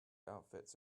outfits